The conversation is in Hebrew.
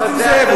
תשתוק.